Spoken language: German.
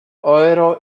euro